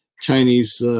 Chinese